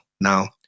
Now